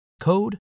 code